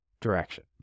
direction